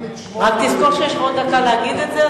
רק תזכור שיש עוד דקה להגיד את זה,